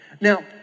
Now